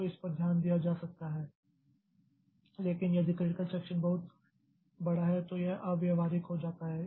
तो इस पर ध्यान दिया जा सकता है लेकिन यदि क्रिटिकल सेक्षन बहुत बड़ा है तो यह अव्यावहारिक हो जाता है